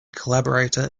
collaborator